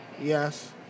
Yes